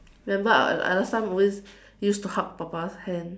then but I that time always used to hug papa's hand